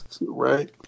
Right